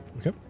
Okay